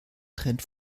trend